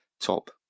top